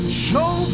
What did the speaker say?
show